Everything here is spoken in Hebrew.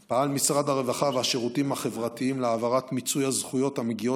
פעל משרד הרווחה והשירותים החברתיים למיצוי הזכויות המגיעות